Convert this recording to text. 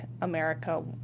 America